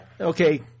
Okay